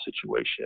situation